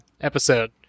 episode